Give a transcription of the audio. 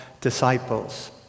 disciples